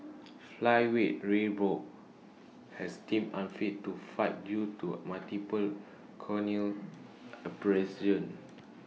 flyweight ray Borg has deemed unfit to fight due to multiple corneal abrasions